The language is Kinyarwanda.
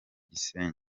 gisenyi